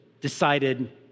decided